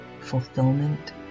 fulfillment